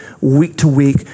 week-to-week